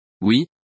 Oui